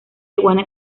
iguana